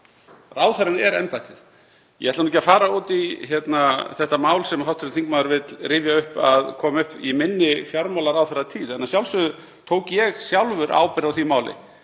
Ráðherrann er embættið. Ég ætla ekki að fara út í þetta mál sem hv. þingmaður vill rifja upp að kom upp í fjármálaráðherratíð minni. Að sjálfsögðu tók ég sjálfur ábyrgð á því máli,